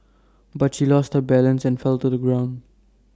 but she lost her balance and fell to the ground